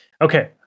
Okay